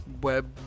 Web